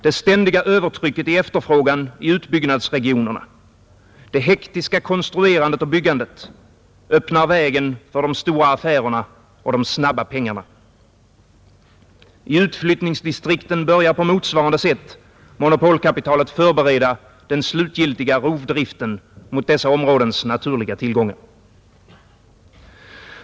Det ständiga övertrycket i efterfrågan i utbyggnadsregionerna, det hektiska konstruerandet och byggandet, öppnar vägen för de stora affärerna och de snabba pengarna. I utflyttningsdistrikten börjar på motsvarande sätt monopolkapitalet att förbereda den slutgiltiga rovdriften mot dessa områdens naturliga tillgångar.